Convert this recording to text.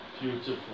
Beautiful